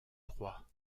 droit